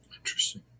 Interesting